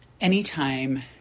anytime